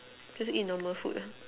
just eat normal food ah